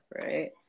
right